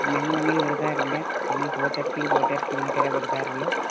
ഞങ്ങളങ്ങനെ കൊടുക്കാറില്ല ഞങ്ങൾ പോത്തെർച്ചിക്ക് പോത്തെർച്ചി മാത്രമേ കൊടുക്കാറുള്ളു